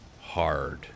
hard